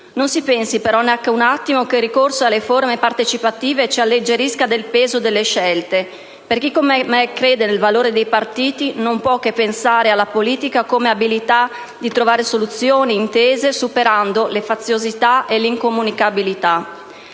Non si pensi, però, neanche un attimo, che il ricorso alle forme partecipative ci alleggerisca del peso delle scelte; chi, come me, crede nel valore dei partiti, non può che pensare alla politica come abilità di trovare soluzioni e intese, superando le faziosità e l'incomunicabilità.